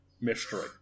mystery